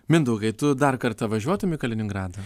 mindaugai tu dar kartą važiuotum į kaliningradą